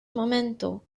momento